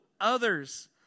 others